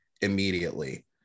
immediately